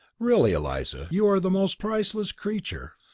really, eliza, you are the most priceless creature!